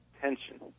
tension